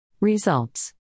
Results